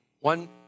One